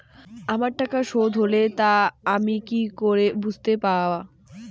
আমার টাকা শোধ হলে তা আমি কি করে বুঝতে পা?